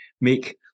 make